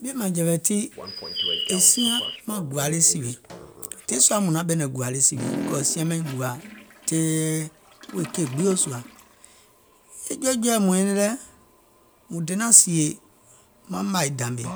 Ɓ̀ìèmȧŋjɛ̀wɛ̀ tii è siaŋ maŋ gùȧ le sìwè, diè sɔa mùŋ naŋ ɓɛ̀nɛ̀ŋ gùà le sìwè, because è siaŋ maiŋ gùȧ tɛ̀ɛ̀ wèè keì gbio sùȧ, e jɔɛ̀jɔɛ̀ɛ mùŋ nyɛnɛŋ lɛ̀, mùŋ donȧŋ sìè maŋ màì dàmèè